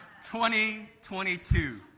2022